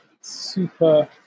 super